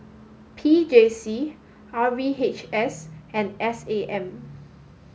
P J C R V H S and S A M